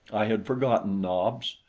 i had forgotten nobs.